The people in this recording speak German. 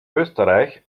österreich